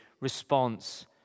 response